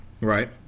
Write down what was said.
right